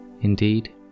Indeed